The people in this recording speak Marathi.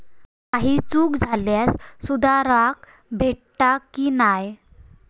काही चूक झाल्यास सुधारक भेटता की नाय?